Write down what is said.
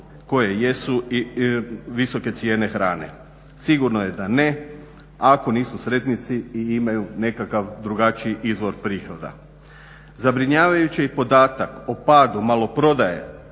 koje jesu i visoke cijene hrane? Sigurno je da ne, ako nisu sretnici i imaju nekakav drugačiji izvor prihoda. Zabrinjavajući je i podatak o padu maloprodaje